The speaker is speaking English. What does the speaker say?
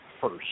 first